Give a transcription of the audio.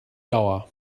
dauer